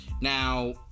Now